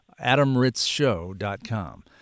adamritzshow.com